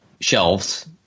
shelves